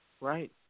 Right